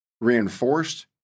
reinforced